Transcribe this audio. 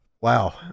wow